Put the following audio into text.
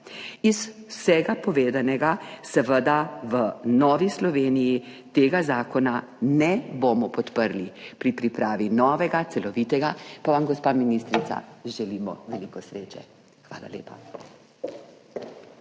Iz vsega povedanega seveda v Novi Sloveniji tega zakona ne bomo podprli. Pri pripravi novega, celovitega pa vam, gospa ministrica, želimo veliko sreče. Hvala lepa.